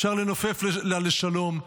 אפשר לנופף לה לשלום.